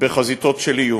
בחזיתות של איום,